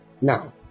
Now